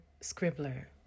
Scribbler